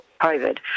COVID